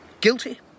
guilty